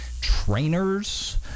trainers